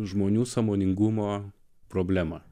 žmonių sąmoningumo problema